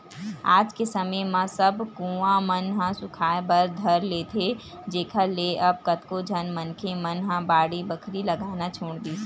आज के समे म सब कुँआ मन ह सुखाय बर धर लेथे जेखर ले अब कतको झन मनखे मन ह बाड़ी बखरी लगाना छोड़ दिस